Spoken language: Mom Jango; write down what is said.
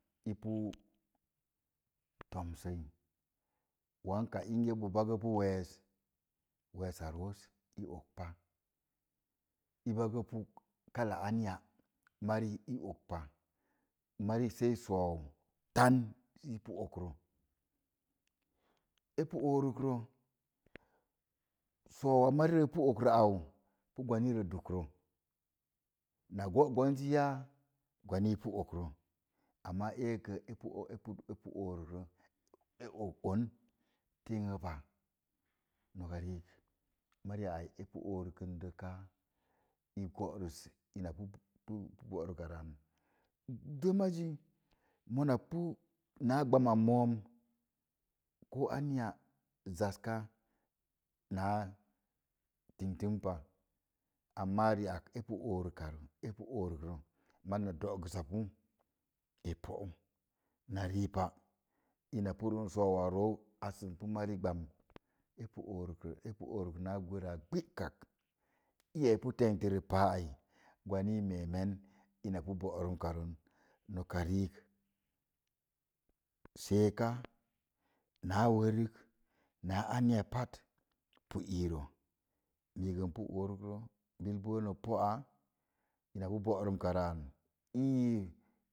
Iya i pu toms woonka bonge bo bagə pu wess wessa nos i og pa i bagə pu kala anya mari se soou tan i pu go'orə e pu orək rə soou mari re i pu ok rə au, pi gwani rəduk rə na gon gon zi pi gwani rə duk rə. pi okrə amma ee gə epue orik rə og on noka riik mari a ai e pu orikən də ka igóris ina pu bo'num ka rə an zəma zi mana pi na gbama moom koo anya zas ka naa tintim pa amma ni ak e pu orika rə maza na elo'gə sa pu e pou na rii pa soou a rou assə pi mari gban e pi orik rə epi orik rə na gwara a gbəkak iya pi tente rə paa ai i mee sə i pi orik rə bil boo na pə a ina pi bozum ka rə n